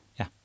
ja